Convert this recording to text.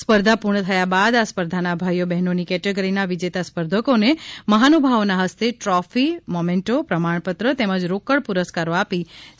સ્પર્ધા પૂર્ણ થયા બાદ આ સ્પર્ધાના ભાઈઓ બહેનોની કેટેગરીના વિજેતા સ્પર્ધકોને મહાનુભાવોના હસ્તે ટ્રોફી મોમેન્ટો પ્રમાણપત્રો તેમજ રોકડ પુરસ્કારો આપી સન્માનિત કરવામાં આવ્યા હતા